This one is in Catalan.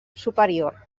superior